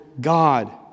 God